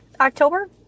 October